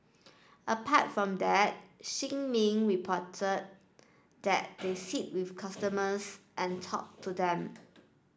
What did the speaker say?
apart from that Shin Min reported that they sit with customers and talk to them